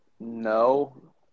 No